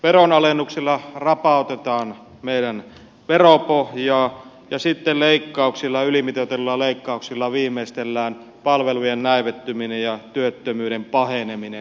veronalennuksilla rapautetaan meidän veropohjaa ja sitten ylimitoitetuilla leikkauksilla viimeistellään palvelujen näivettyminen ja työttömyyden paheneminen